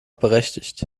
berechtigt